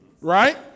right